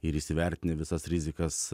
ir įsivertini visas rizikas